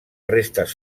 restes